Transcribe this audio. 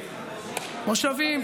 מושבים,